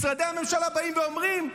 משרדי הממשלה באים ואומרים: